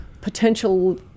potential